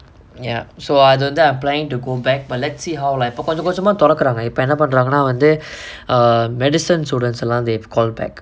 ya so அது வந்து:athu vanthu I planning to go back but let's see how like இப்ப கொஞ்ச கொஞ்சமா தொறக்குறாங்க இப்ப என்ன பண்றாங்கனா வந்து:ippa konja konjamaa thorakkuraanga ippa enna pandraanganaa vanthu medicine students எல்லா:ellaa they have call back